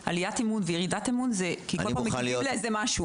שיש עליית אמון וירידת אמון זה כי כל פעם --- לאיזה משהו.